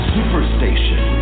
Superstation